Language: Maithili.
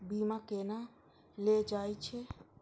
बीमा केना ले जाए छे?